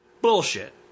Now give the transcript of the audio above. Bullshit